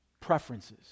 preferences